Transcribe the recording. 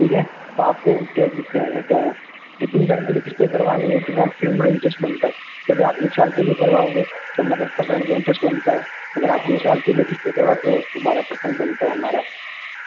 ठीक है तो आपको क्या क्या क्या क्या कितने टाइम के लिए किश्तें करवानी है तो उस हिसाब से हमारा इन्ट्रेस्ट बनता है अगर आप एक साल के लिए करवाओगे तो हम दस परसेंट का इंट्रेस्ट बनता है अगर आप दो साल के लिए किश्ते करवाते हो तो बारह परसेंट बनता है हमारा